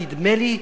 נדמה לי,